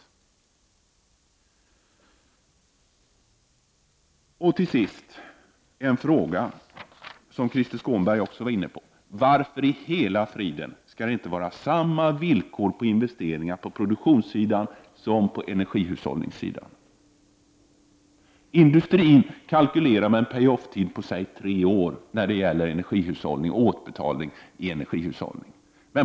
Till sist vill jag ställa en fråga, som också Christer Skånberg var inne på: Varför i hela fridens namn skall det inte råda samma villkor för investeringar såväl på produktionssidan som på energihushållningssidan? Industrin kalkylerar med en pay-off-tid på cirka tre år för återbetalning i energihushållning.